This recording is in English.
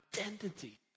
identity